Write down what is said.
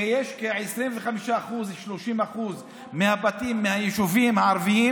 שיש כ-25% 30% מהבתים ביישובים הערביים